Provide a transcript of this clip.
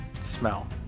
smell